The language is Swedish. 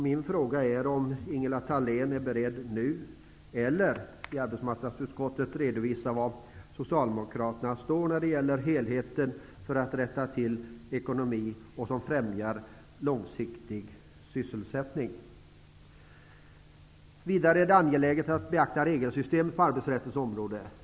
Min fråga är om Ingela Thalén är beredd att i arbetsmarknadsutskottet eller här nu redovisa var Socialdemokraterna står när det gäller helheten för att rätta till ekonomin på ett sätt som främjar långsiktig sysselsättning. Vidare är det angeläget att beakta regelsystemet på arbetsrättens område.